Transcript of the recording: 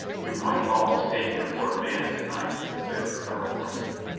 you might almost take him for a man to-night, said colonel royston.